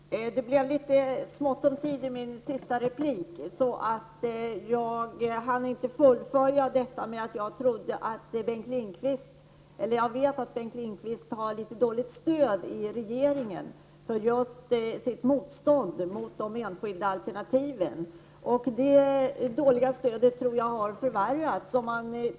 Herr talman! Det blev litet smått om tid i mitt senaste inlägg. Jag hann inte fullfölja tankegången om att jag vet att Bengt Lindqvist har litet dåligt stöd i regeringen för sitt motstånd mot de enskilda alternativen. Det dåliga stödet tror jag har förvärrats.